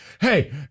hey